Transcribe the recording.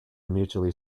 mutually